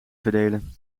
verdelen